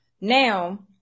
now